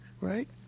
right